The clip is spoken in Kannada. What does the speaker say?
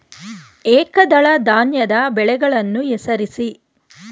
ಏಕದಳ ಧಾನ್ಯದ ಬೆಳೆಗಳನ್ನು ಹೆಸರಿಸಿ?